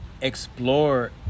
explore